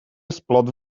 splot